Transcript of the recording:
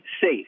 safe